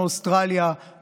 מאוסטרליה,